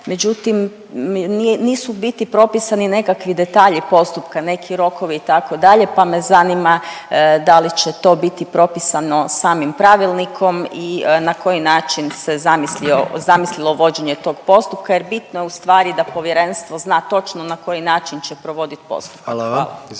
međutim, nisu u biti propisani nekakvi detalji postupka, neki rokovi, itd., pa me zanima da li će to biti propisano samim pravilnikom i na koji način se zamislio, zamislilo vođenje tog postupka jer bitno je ustvari da povjerenstvo zna točno na koji način će provodit postupak.